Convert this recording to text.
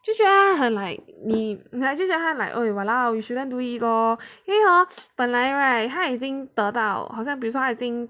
就觉得他很 like 你还是觉得 like oh walao you shouldn't do it lor 因为 hor 本来 right 他已经得到好像比如说他已经